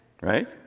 Right